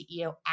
CEO